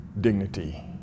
dignity